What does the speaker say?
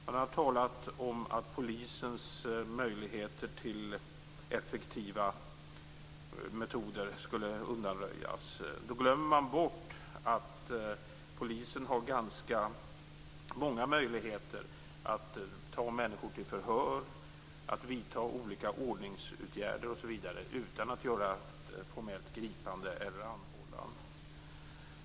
Man har talat om att polisens möjligheter till effektiva metoder skulle undanröjas. Då glömmer man bort att polisen har ganska många möjligheter att ta människor till förhör, att vidta olika ordningsåtgärder osv. utan att göra ett formellt gripande eller en anhållan.